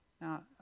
Now